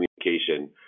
communication